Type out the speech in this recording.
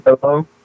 Hello